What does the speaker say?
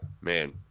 man